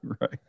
right